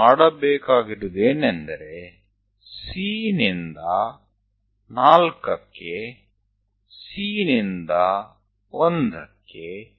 હવે આપણે C થી 4 C થી 1 એ રીતે કરવું પડશે